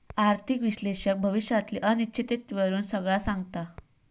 आर्थिक विश्लेषक भविष्यातली अनिश्चिततेवरून सगळा सांगता